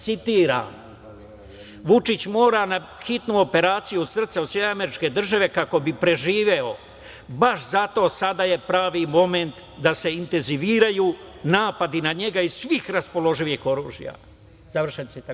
Citiram: „Vučić mora na hitnu operaciju srca u SAD kako bi preživeo, baš zato sada je pravi momenat da se intenziviraju napadi na njega iz svih raspoloživih oružja.“ Završen citat.